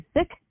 sick